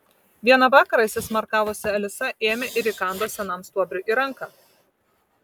vieną vakarą įsismarkavusi alisa ėmė ir įkando senam stuobriui į ranką